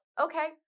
Okay